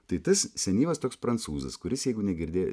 tai tas senyvas toks prancūzas kuris jeigu negirdė